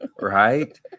right